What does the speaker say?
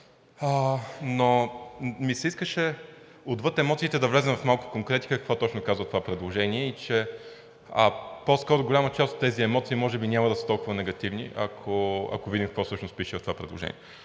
Но ми се искаше отвъд емоциите да влезем в малко конкретика какво точно казва това предложение и че по-скоро голяма част от тези емоции може би няма да са толкова негативни, ако видим какво всъщност пише в това предложение.